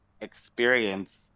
experience